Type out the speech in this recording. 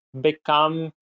become